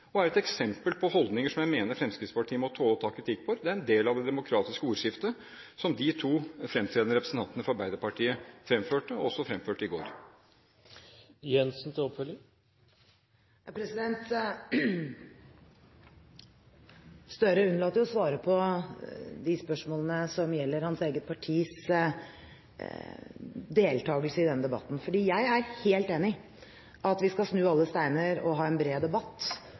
og er et eksempel på holdninger som jeg mener Fremskrittspartiet må tåle å ta kritikk for. Det er en del av det demokratiske ordskiftet som de to fremtredende representantene fra Arbeiderpartiet fremførte, og som de også fremførte i går. Gahr Støre unnlater å svare på de spørsmålene som gjelder hans eget partis deltakelse i denne debatten. Jeg er helt enig i at vi skal snu alle steiner og ha en bred debatt